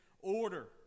order